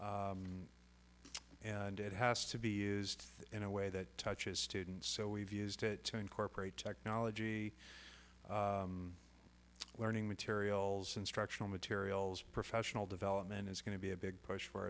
and it has to be used in a way that touches students so we've used it to incorporate technology learning materials instructional materials professional development is going to be a big push for